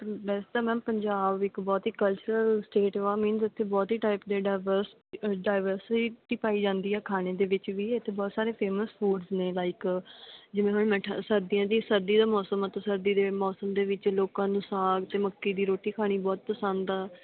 ਵੈਸੇ ਤਾਂ ਮੈਮ ਪੰਜਾਬ ਇੱਕ ਬਹੁਤ ਹੀ ਕਲਚਰਲ ਸਟੇਟ ਵਾ ਮੀਨਜ਼ ਉੱਥੇ ਬਹੁਤ ਹੀ ਟਾਈਪ ਦੇ ਡਾਇਵਰ ਅ ਡਾਇਵਰਸਰਟੀ ਪਾਈ ਜਾਂਦੀ ਆ ਖਾਣੇ ਦੇ ਵਿੱਚ ਵੀ ਇੱਥੇ ਬਹੁਤ ਸਾਰੇ ਫੇਮਸ ਫੂਡਸ ਨੇ ਲਾਈਕ ਜਿਵੇਂ ਹੁਣ ਮੈਂ ਸਰਦੀਆਂ ਦੀ ਸਰਦੀ ਦਾ ਮੌਸਮ ਹੈ ਅਤੇ ਸਰਦੀ ਦੇ ਮੌਸਮ ਦੇ ਵਿੱਚ ਲੋਕਾਂ ਨੂੰ ਸਾਗ ਅਤੇ ਮੱਕੀ ਦੀ ਰੋਟੀ ਖਾਣੀ ਬਹੁਤ ਪਸੰਦ ਆ